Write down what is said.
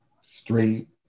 straight